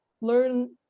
learn